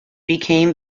became